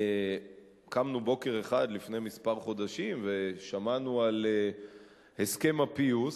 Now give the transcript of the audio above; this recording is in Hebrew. קמנו בוקר אחד לפני כמה חודשים ושמענו על הסכם הפיוס.